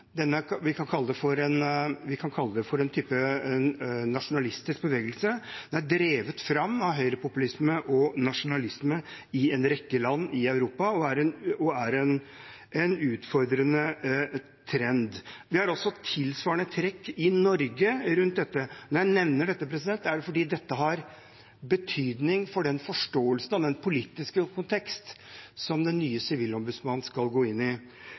vi kan kalle det en type nasjonalistisk bevegelse – er drevet fram av høyrepopulisme og nasjonalisme i en rekke land i Europa og er en utfordrende trend. Vi har også tilsvarende trekk i Norge, og når jeg nevner dette, er det fordi det har betydning for den forståelsen av den politiske kontekst som den nye sivilombudsmannen skal gå inn i.